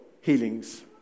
healings